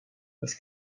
los